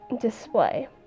display